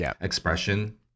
expression